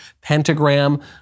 pentagram